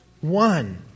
One